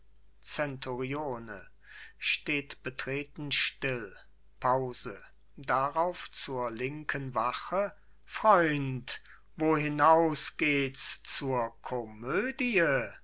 zenturione steht betreten still pause darauf zur linken wache freund wohinaus gehts zur komödie